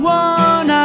one